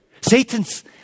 Satan's